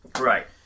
Right